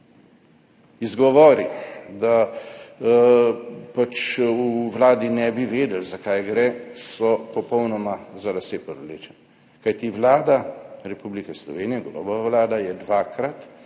Izgovori, da pač na Vladi ne bi vedeli, za kaj gre, so popolnoma za lase privlečeni, kajti Vlada Republike Slovenije, Golobova vlada, je dvakrat